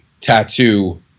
tattoo